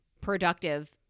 productive